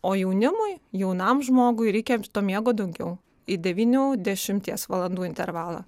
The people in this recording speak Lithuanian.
o jaunimui jaunam žmogui reikia to miego daugiau į devynių dešimties valandų intervalą